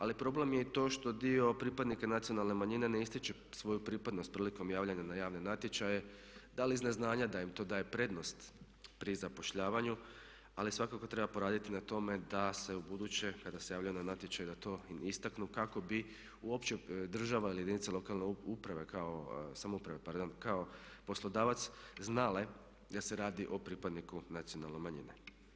Ali problem je i to što dio pripadnika nacionalne manjine ne ističe svoju pripadnost prilikom javljanja na javne natječaje, da li iz ne znanja da im to daje prednost pri zapošljavanju ali svakako treba poraditi na tome da se ubuduće kada se javljaju na natječaj da to i istaknu kako bi uopće država ili jedinice lokalne samouprave kao poslodavac znale da se radi o pripadniku nacionalne manjine.